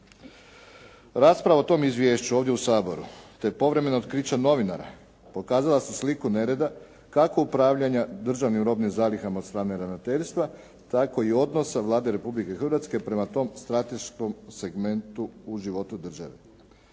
Rasprava o tom izvješću ovdje u Saboru te povremena otkrića novinara pokazala su sliku nereda, kako upravljanja državnim robnim zalihama od strane ravnateljstva, tako i odnosa Vlade Republike Hrvatske prema tom strateškom segmentu u životu države.